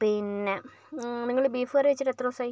പിന്നെ നിങ്ങൾ ബീഫ് കറി വെച്ചിട്ട് എത്ര ദിവസായി